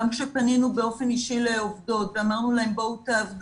גם כשפנינו באופן אישי לעובדות ואמרנו להם שיבואו לעבוד